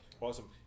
Awesome